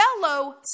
fellow